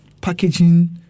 packaging